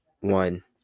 one